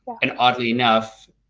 and oddly enough,